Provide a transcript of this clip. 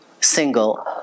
single